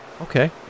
Okay